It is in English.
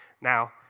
Now